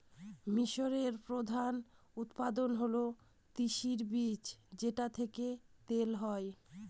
মিশরের প্রধান উৎপাদন হল তিসির বীজ যেটা থেকে তেল হয়